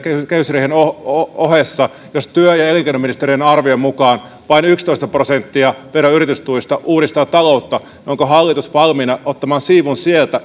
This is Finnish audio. kehysriihen ohessa jos työ ja ja elinkeinoministeriön arvion mukaan vain yksitoista prosenttia vero ja yritystuista uudistaa taloutta onko hallitus valmiina ottamaan siivun sieltä